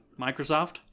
Microsoft